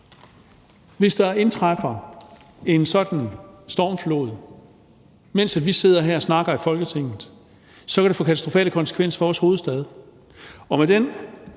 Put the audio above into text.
Hvis der indtræffer en sådan stormflod, mens vi sidder her og snakker i Folketinget, så vil det få katastrofale konsekvenser for vores hovedstad.